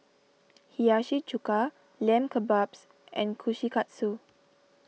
Hiyashi Chuka Lamb Kebabs and Kushikatsu